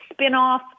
spinoff